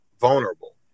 vulnerable